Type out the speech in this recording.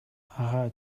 ага